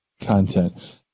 content